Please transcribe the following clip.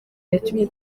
yatumye